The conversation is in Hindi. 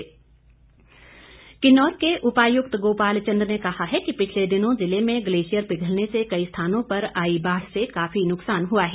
डीसी किन्नौर किन्नौर के उपायुक्त गोपाल चंद ने कहा है कि पिछले दिनों ज़िले में ग्लेशियर पिघलने से कई स्थानों पर आई बाढ़ से काफी नुकसान हुआ है